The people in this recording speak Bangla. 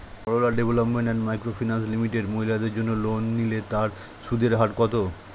Sarala development and micro finance limited মহিলাদের জন্য লোন নিলে তার সুদের হার কত?